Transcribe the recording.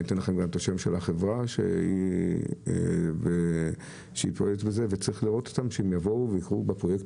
אני אתן לכם את שם החברה שפועלת שם וצריך לראות איפה יש -- בכלל,